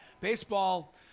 Baseball